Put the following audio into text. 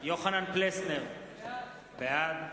יוחנן פלסנר, בעד